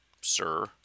sir